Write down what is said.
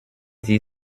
sie